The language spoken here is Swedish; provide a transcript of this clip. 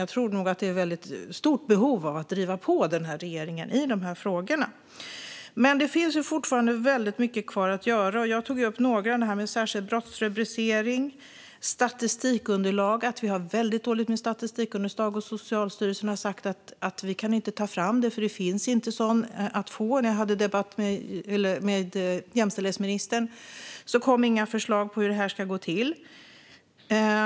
Det finns ett stort behov av att driva på regeringen. Det finns fortfarande väldigt mycket kvar att göra. Jag tog upp några saker: särskild brottsrubricering och att vi har väldigt dåligt med statistikunderlag. Socialstyrelsen har sagt att de inte kan ta fram det eftersom det inte finns något sådant att få. När jag debatterade det med jämställdhetsministern kom det inte heller några förslag på hur det ska gå till.